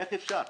איך זה אפשרי?